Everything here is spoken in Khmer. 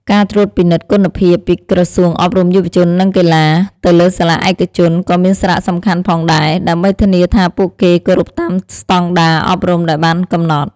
ការត្រួតពិនិត្យគុណភាព ពីក្រសួងអប់រំ យុវជន និងកីឡា ទៅលើសាលាឯកជនក៏មានសារៈសំខាន់ផងដែរ ដើម្បីធានាថាពួកគេគោរពតាមស្តង់ដារអប់រំដែលបានកំណត់។